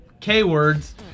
K-words